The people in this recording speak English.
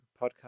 podcast